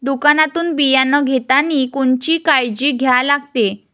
दुकानातून बियानं घेतानी कोनची काळजी घ्या लागते?